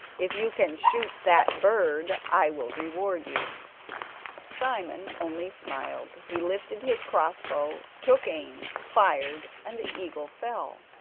if you can shoot that bird i will reward you simon only smiled he lifted his cross-bow, took aim, fired, and the eagle fell.